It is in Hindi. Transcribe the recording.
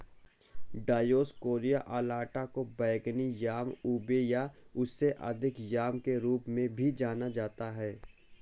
डायोस्कोरिया अलाटा को बैंगनी याम उबे या उससे अधिक याम के रूप में भी जाना जाता है